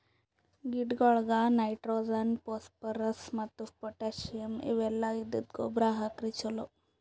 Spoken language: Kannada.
ಗಿಡಗೊಳಿಗ್ ನೈಟ್ರೋಜನ್, ಫೋಸ್ಫೋರಸ್ ಮತ್ತ್ ಪೊಟ್ಟ್ಯಾಸಿಯಂ ಇವೆಲ್ಲ ಇದ್ದಿದ್ದ್ ಗೊಬ್ಬರ್ ಹಾಕ್ರ್ ಛಲೋ